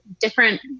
different